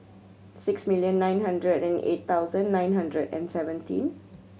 six million nine hundred and eight thousand nine hundred and seventy